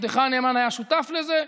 עבדך הנאמן היה שותף לזה,